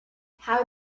how